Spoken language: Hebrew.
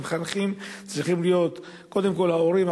המחנכים צריכים להיות קודם כול ההורים,